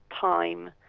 time